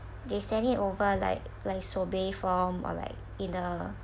they send it over like like sorbet form or like in the